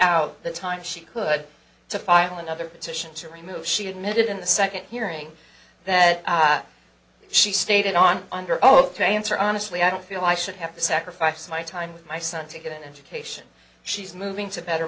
out the time she could to file another petition to remove she admitted in the second hearing that she stated on under oath to answer honestly i don't feel i should have to sacrifice my time with my son to get an education she's moving to better